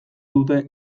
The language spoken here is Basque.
dute